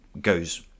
goes